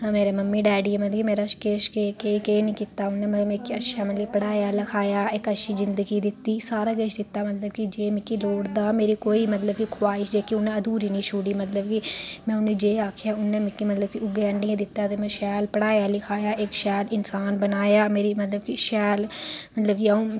मेरी mummy daddy न मतलब कि मेरे आस्तै केह् किश केह् केह् निं कीता उ'नें मिगी अच्छा मतलब कि पढाया लिखाया इक अच्छी जिंदगी दित्ती सारा किश दित्ता मतलब कि जे मिगी लोड़दा हा मेरी कोई कि ख्वाईश जेह्की उ'नें अधूरी निं छोड़ी मतलब कि में उ'नें गी जो आखेआ उ'नें मिगी मतलब कि ओह् गै आह्नियै दित्ता शैल पढाया लखाया इक शैल इन्सान बनााया मेरी मतलब कि शैल